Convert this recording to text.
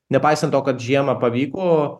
nepaisant to kad žiemą pavyko